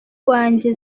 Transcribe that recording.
wanjye